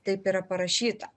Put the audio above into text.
taip yra parašyta